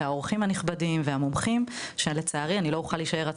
האורחים הנכבדים והמומחים שלצערי אני לא אוכל להישאר עד